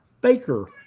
Baker